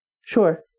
Sure